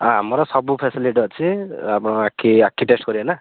ଆଁ ଆମର ସବୁ ଫ୍ୟାସିଲିଟି ଅଛି ଆପଣ ଆଖି ଆଖି ଟେଷ୍ଟ୍ କରିବେ ନା